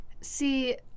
See